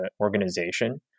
organization